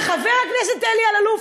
חבר הכנסת אלי אלאלוף,